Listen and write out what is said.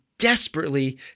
desperately